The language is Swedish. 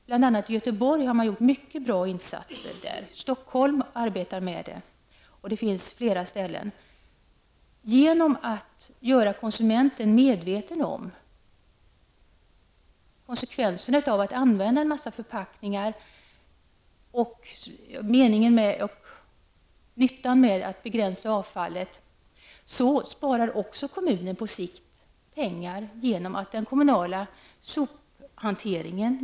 I Göteborg har man bl.a. gjort mycket bra insatser. Stockholm arbetar med det, och det finns flera ställen där man arbetar med sådant. Genom att göra konsumenten medveten om konsekvenserna av att använda en mängd förpackningar och om nyttan och meningen med att begränsa avfallet sparar också kommunen på sikt pengar, för då minskar kostnaderna för den kommunala sophanteringen.